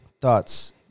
thoughts